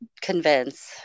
convince